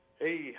Hey